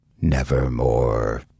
nevermore